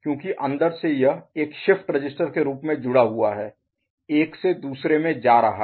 क्यूंकि अंदर से यह एक शिफ्ट रजिस्टर के रूप में जुड़ा हुआ है एक से दुसरे में जा रहा है